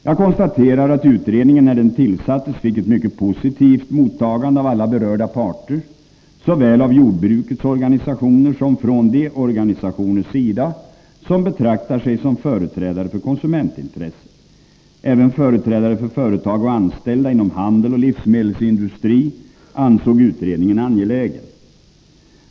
Jag konstaterar att utredningen när den tillsattes fick ett mycket positivt mottagande av alla berörda parter, såväl av jordbrukets organisationer som från de organisationers sida som betraktar sig som företrädare för konsumentintresset. Även företrädare för företag och anställda inom handel och livsmedelsindustri ansåg utredningen angelägen.